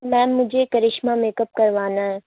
میم مجھے Karishma makeup کروانا ہے